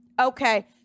Okay